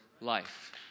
life